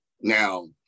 Now